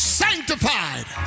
sanctified